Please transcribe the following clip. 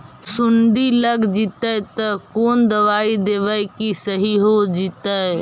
सुंडी लग जितै त कोन दबाइ देबै कि सही हो जितै?